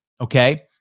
Okay